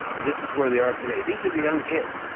this is where they are today. these are the young kids.